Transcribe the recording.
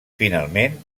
finalment